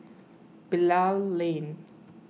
Bilal Lane